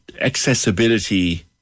accessibility